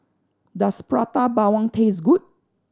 does Prata Bawang taste good